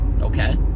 Okay